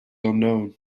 unknown